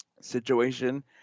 situation